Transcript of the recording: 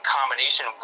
combination